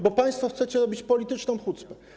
Bo państwo chcecie robić polityczną hucpę.